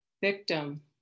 victim